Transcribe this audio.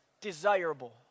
Desirable